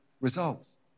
results